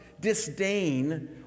disdain